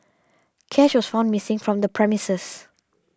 cash was found missing from the premises